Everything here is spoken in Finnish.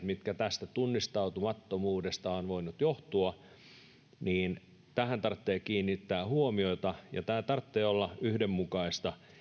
mitkä tästä tunnistautumattomuudesta ovat voineet johtua tarvitsee kiinnittää huomiota ja tämän tarvitsee olla yhdenmukaista